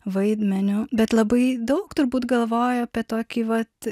vaidmeniu bet labai daug turbūt galvojau apie tokį vat